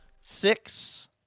six